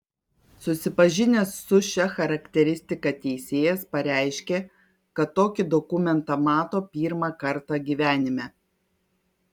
susipažinęs su šia charakteristika teisėjas pareiškė kad tokį dokumentą mato pirmą kartą gyvenime